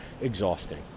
exhausting